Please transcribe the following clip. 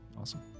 Awesome